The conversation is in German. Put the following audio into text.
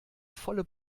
volle